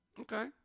Okay